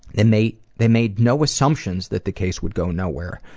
they made they made no assumptions that the case would go nowhere.